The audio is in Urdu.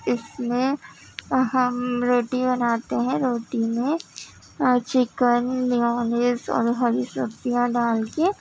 اس میں ہم روٹی بناتے ہیں روٹی میں چکن میانیز اور ہری سبزیاں ڈال کے